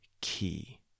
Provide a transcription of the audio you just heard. key